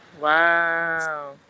Wow